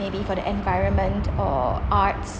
maybe for the environment or arts